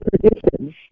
traditions